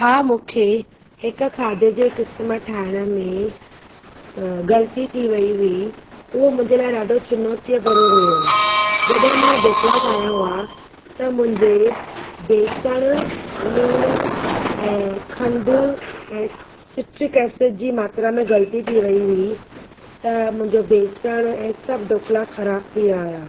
हां मूंखे हिकु खाधे जे किस्म ठाईण में ग़लती थी वई हुई उहो मुंहिंजे लाइ ॾाढो चुनौती भरियो हुओ जॾहिं मां ढोकला ठाहिया हुआ त मुंहिंजे बेसण नुण ऐं खंड ऐं साइट्रिक एसिड जी मात्रा में ग़लती थी वई हुई त मुंहिंजो ॿेसणु ऐं सभु ढोकला ख़राब थी विया हुआ